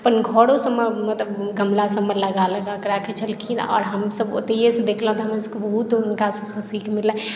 अपन घरो सभमे मतलब गमला सभमे लगा लगाकेँ राखै छलखिन आओर हमसभ ओतहिये से देखलहुँ तऽ हमरा सभकेँ बहुत हुनका सभसँ सिख मिललै